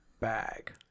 bag